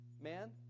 man